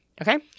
Okay